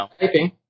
typing